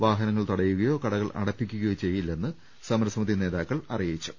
വാഹനങ്ങൾ തടയുകയോ കടകൾ അടപ്പിക്കുകയോ ചെയ്യില്ലെന്ന് സമരസമിതി നേതാക്കൾ അറിയിച്ചു